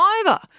either